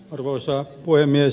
arvoisa puhemies